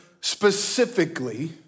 specifically